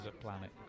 planet